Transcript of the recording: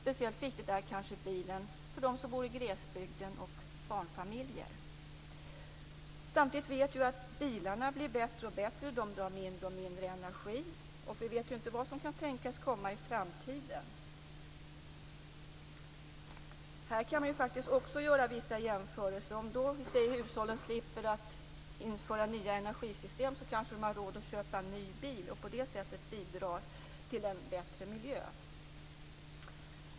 Speciellt viktigt är bilen för dem som bor i glesbygden och barnfamiljer. Bilarna blir bättre och bättre, de drar mindre och mindre energi. Vi vet inte vad som kan tänkas komma i framtiden. Vi kan här göra vissa jämförelser. Om hushållen slipper installera nya energisystem, kan de kanske ha råd att köpa ny bil och på det sättet bidra till en bättre miljö.